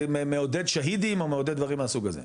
מעודד שהידים או מעודד דברים מהסוג הזה,